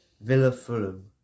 Villa-Fulham